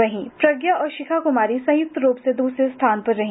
वहीं प्रज्ञा और शिखा कुमारी संयुक्त रूप से दूसरे स्थान पर रहीं